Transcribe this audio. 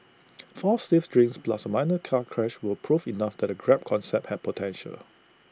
four stiff drinks plus A minor car crash were proof enough that the grab concept had potential